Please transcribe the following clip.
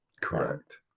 Correct